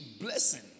blessing